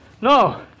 No